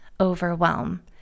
overwhelm